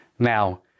now